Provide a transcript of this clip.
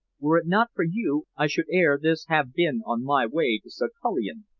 were it not for you, i should ere this have been on my way to saghalien,